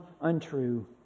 untrue